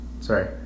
Sorry